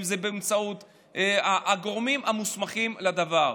אם זה באמצעות הגורמים המוסמכים לדבר.